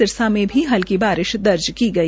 सिरसा में भी हल्की बारिश दर्ज की गई